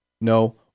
no